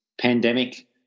pandemic